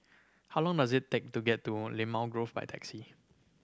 how long does it take to get to Limau Grove by taxi